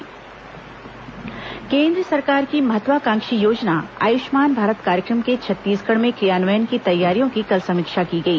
आयुष्मान भारत योजना केंद्र सरकार की महत्वाकांक्षी योजना आयुष्मान भारत कार्यक्रम के छत्तीसगढ़ में क्रियान्वयन की तैयारियों की कल समीक्षा की गई